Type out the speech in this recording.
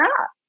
up